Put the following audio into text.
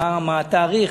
מה התאריך,